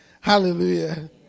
Hallelujah